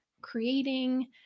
creating